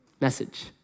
message